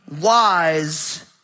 wise